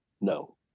No